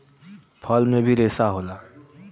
फल में भी रेसा होला